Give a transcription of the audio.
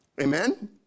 amen